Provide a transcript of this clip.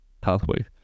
pathway